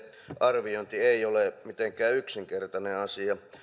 arviointi ei ole mitenkään yksinkertainen asia